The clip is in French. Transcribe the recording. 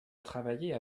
travailler